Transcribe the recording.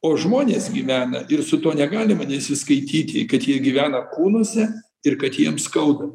o žmonės gyvena ir su tuo negalima nesiskaityti kad jie gyvena kūnuose ir kad jiems skauda